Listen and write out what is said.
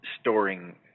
storing